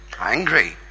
Angry